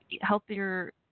healthier